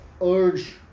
urge